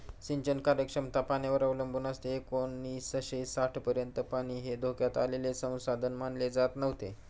सिंचन कार्यक्षमता पाण्यावर अवलंबून असते एकोणीसशे साठपर्यंत पाणी हे धोक्यात आलेले संसाधन मानले जात नव्हते